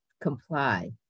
comply